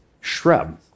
shrub